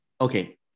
Okay